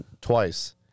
twice